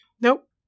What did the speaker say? Nope